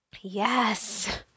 Yes